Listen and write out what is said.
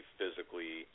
physically